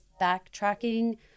backtracking